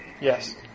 Yes